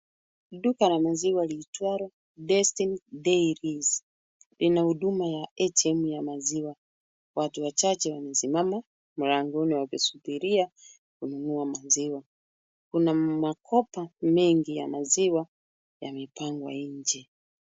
Duka la maziwa liitwalo Destiny Dairies, lina huduma ya ATM ya maziwa. Watu wachache wamsimama mlangoni wakisubiria kununua maziwa. Kuna makopa mengi ya maziwa yamepangwa nje.